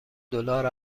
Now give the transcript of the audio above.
دلار